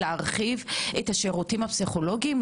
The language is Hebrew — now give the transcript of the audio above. להרחיב את השירותים הפסיכולוגיים,